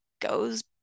Goes